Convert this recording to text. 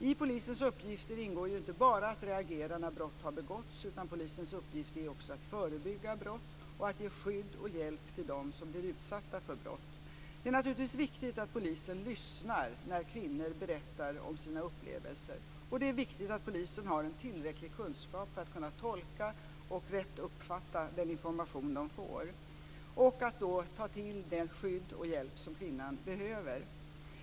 I polisens uppgifter ingår inte bara att reagera när brott har begåtts, utan polisens uppgift är också att förebygga brott och att ge skydd och hjälp till dem som blir utsatta för brott. Det är naturligtvis viktigt att polisen lyssnar när kvinnor berättar om sina upplevelser. Det är viktigt att polisen har en tillräcklig kunskap för att kunna tolka och rätt uppfatta den information de får och att då ta till det skydd och den hjälp kvinnan behöver.